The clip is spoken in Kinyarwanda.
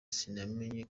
sinamenye